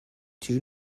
two